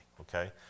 okay